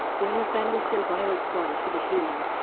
when the venom symbiote bonds with a human,